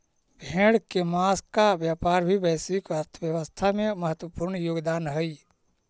भेड़ के माँस का व्यापार भी वैश्विक अर्थव्यवस्था में महत्त्वपूर्ण योगदान हई